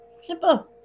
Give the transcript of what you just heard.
Simple